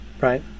right